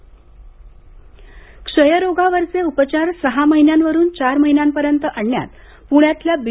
क्षयरोग क्षयरोगावरचे उपचार सहा महिन्यावरून चार महिन्यांपर्यंत आणण्यात पुण्यातल्या बी